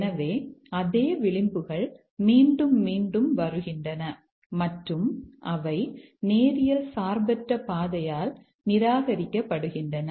எனவே அதே விளிம்புகள் மீண்டும் மீண்டும் வருகின்றன மற்றும் அவை நேரியல் சார்பற்ற பாதையால் நிராகரிக்கப்படுகின்றன